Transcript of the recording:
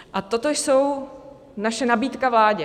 A toto je naše nabídka vládě.